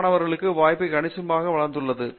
D மாணவர்களுக்கு வாய்ப்புகள் கணிசமாக வளர்ந்துள்ளன